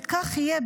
וכך יהיה,